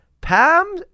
Pam